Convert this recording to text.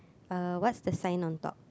uh what's the sign on top